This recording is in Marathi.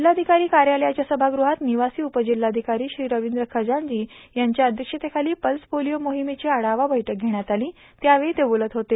जिल्हाधिकारी कार्यालयाच्या सभाग्रहात निवासी उपजिल्हाधिकारी श्री रविंद्र खजांजी यांच्या अध्यक्षतेखाली पल्स पोलिओ मोहीमेची आढावा बैठक घेण्यात आली त्यावेळी ते बोलत होते